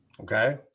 Okay